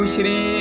Shri